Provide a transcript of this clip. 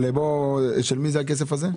של מי הכסף הזה?